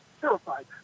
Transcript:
terrified